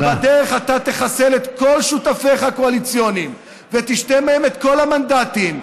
ובדרך אתה תחסל את כל שותפיך הקואליציוניים ותשתה מהם את כל המנדטים,